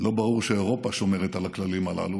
לא ברור שאירופה שומרת על הכללים הללו,